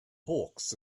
hawks